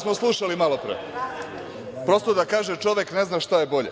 smo slušali malopre, prosto da kaže čovek ne zna šta je bolje.